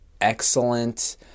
excellent